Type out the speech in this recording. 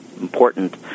important